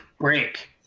break